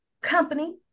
company